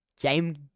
James